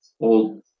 old